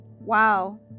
Wow